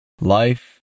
life